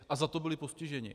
A za to byli postiženi.